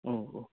अह अह